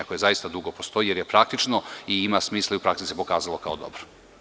Dakle, zaista dugo postoji, jer je praktično i ima smisla i u praksi se pokazalo kao dobro.